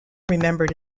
remembered